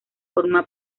forma